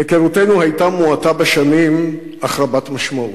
היכרותנו היתה מועטה בשנים, אך רבת משמעות.